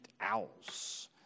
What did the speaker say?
owls